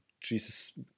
Jesus